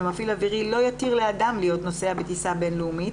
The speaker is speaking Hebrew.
ומפעיל אווירי לא יתיר לאדם להיות נוסע בטיסה בין-לאומית,